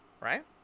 Right